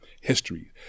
history